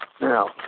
Now